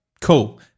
cool